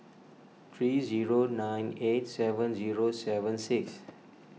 three zero nine eight seven zero seven six